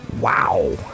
Wow